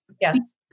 Yes